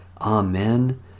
Amen